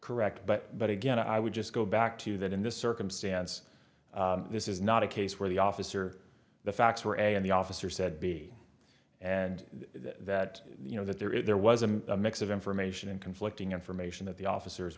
correct but but again i would just go back to that in this circumstance this is not a case where the officer the facts were and the officer said b and that you know that there is there was a mix of information and conflicting information that the officers